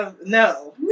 No